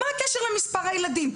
מה הקשר למספר הילדים?